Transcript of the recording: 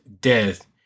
death